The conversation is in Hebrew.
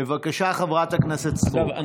בבקשה, חברת הכנסת סטרוק.